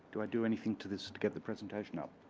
do i do anything to this to get the presentation up?